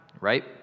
right